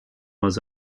was